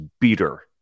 beater